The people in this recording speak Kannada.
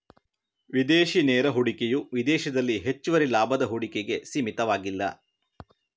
ವಿದೇಶಿ ನೇರ ಹೂಡಿಕೆಯು ವಿದೇಶದಲ್ಲಿ ಹೆಚ್ಚುವರಿ ಲಾಭದ ಹೂಡಿಕೆಗೆ ಸೀಮಿತವಾಗಿಲ್ಲ